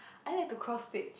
I like to cross stitch